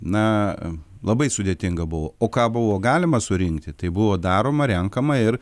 na labai sudėtinga buvo o ką buvo galima surinkti tai buvo daroma renkama ir